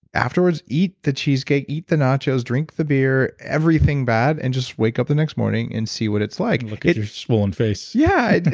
afterwards eat the cheesecake, eat the nachos, drink the beer, everything bad, and just wake up the next morning and see what it's like. and look at your swollen face yeah,